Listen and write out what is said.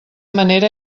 manera